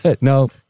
No